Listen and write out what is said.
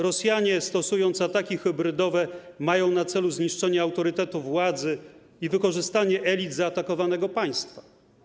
Rosjanie, stosując ataki hybrydowe, mają na celu zniszczenie autorytetu władzy i wykorzystanie elit zaatakowanego państwa.